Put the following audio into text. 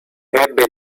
ebbe